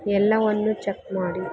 ಎಲ್ಲವನ್ನು ಚಕ್ ಮಾಡಿ